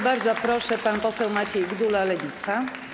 Bardzo proszę, pan poseł Maciej Gdula, Lewica.